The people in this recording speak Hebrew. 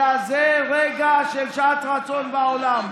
אלא זה רגע של שעת רצון בעולם,